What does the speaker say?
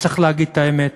וצריך להגיד את האמת.